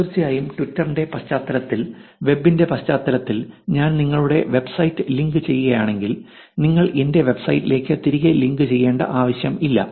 തീർച്ചയായും ട്വിറ്ററിന്റെ പശ്ചാത്തലത്തിൽ വെബിന്റെ പശ്ചാത്തലത്തിൽ ഞാൻ നിങ്ങളുടെ വെബ്സൈറ്റ് ലിങ്ക് ചെയ്യുകയാണെങ്കിൽ നിങ്ങൾ എന്റെ വെബ്സൈറ്റിലേക്ക് തിരികെ ലിങ്കുചെയ്യേണ്ട ആവശ്യമില്ല